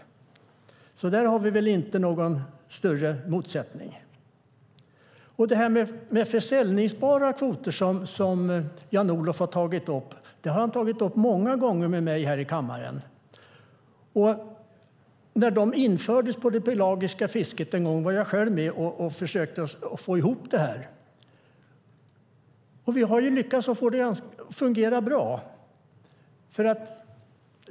På den punkten finns det väl inte någon större motsättning mellan Jan-Olof och mig. Frågan om säljbara kvoter har Jan-Olof tagit upp många gånger med mig här i kammaren. När de en gång infördes för det pelagiska fisket var jag själv med och försökte få ihop det. Vi har lyckats få det att fungera bra.